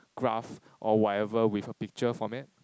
graph or whatever with a picture format